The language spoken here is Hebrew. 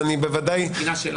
מבחינה שלנו?